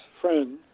friend